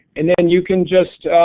and then you can just